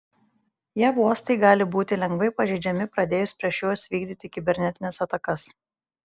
jav uostai gali būti lengvai pažeidžiami pradėjus prieš juos vykdyti kibernetines atakas